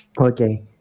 Okay